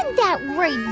that right,